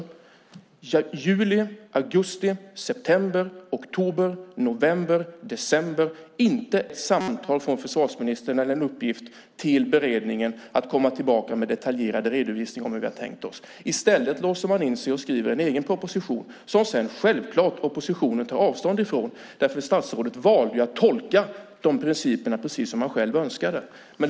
Under juli, augusti, september, oktober, november och december kommer inte ett samtal från försvarsministern eller någon uppgift till beredningen att komma tillbaka med en detaljerad redovisning av hur vi hade tänkt. I stället låser man in sig och skriver en egen proposition som sedan självklart oppositionen tar avstånd från därför att statsrådet valde att tolka principerna precis som han själv önskade.